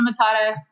matata-